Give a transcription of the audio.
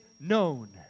known